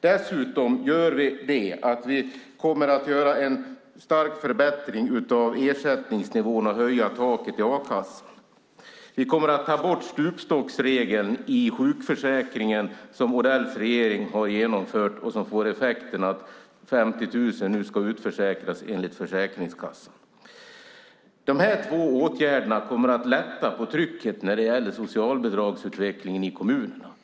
Dessutom kommer vi att göra en stark förbättring av ersättningsnivån och höja taket i a-kassan. Vi kommer att ta bort den stupstocksregel i sjukförsäkringen som Odells regering har genomfört och som får effekten att 50 000 enligt Försäkringskassan nu ska utförsäkras. Dessa två åtgärder kommer att lätta på trycket när det gäller socialbidragsutvecklingen i kommunerna.